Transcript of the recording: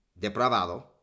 depravado